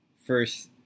first